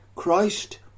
Christ